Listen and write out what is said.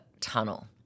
tunnel